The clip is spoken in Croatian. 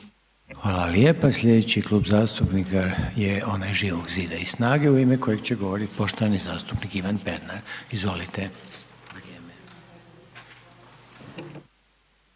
Hvala lijepa. Sljedeći Klub zastupnika je ovaj Živog zida i SNAGA-e, u ime kojeg će govoriti poštovani zastupnik Ivan Pernar. Izvolite.